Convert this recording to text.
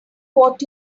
what